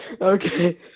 Okay